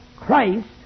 Christ